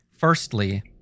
Firstly